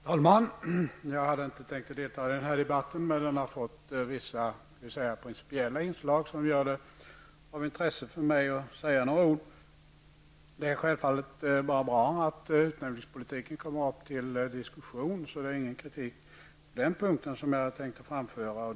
Herr talman! Jag hade inte tänkt delta i denna debatt, men den har fått vissa principiella inslag som gör det av intresse för mig att säga ett par ord. Det är självfallet bara bra att utnämningspolitiken kommer upp till diskussion, så det är ingen kritik på den punkten jag hade tänkt framföra.